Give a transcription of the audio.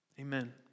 Amen